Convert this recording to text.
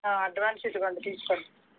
advance ఇదిగోండి తీసుకోండి